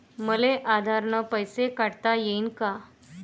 मले आधार न पैसे काढता येईन का?